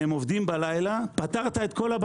והם עובדים בלילה היה פותר את כל הבעיות.